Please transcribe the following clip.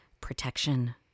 Protection